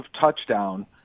touchdown